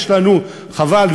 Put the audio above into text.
יש לנו וחבל,